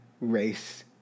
race